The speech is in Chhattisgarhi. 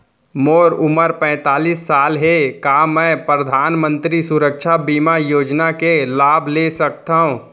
मोर उमर पैंतालीस साल हे का मैं परधानमंतरी सुरक्षा बीमा योजना के लाभ ले सकथव?